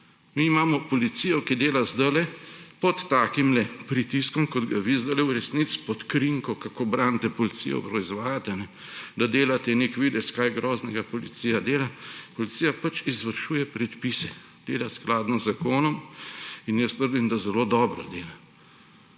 Mi imamo policijo, ki dela zdajle pod takimle pritiskom, kot ga vi zdajle v resnici pod krinko, kako branite policijo, proizvajate, da delate nek videz, kaj groznega policija dela. Policija pač izvršuje predpise, dela skladno z zakonom in jaz trdim, da zelo dobro dela.